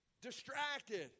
distracted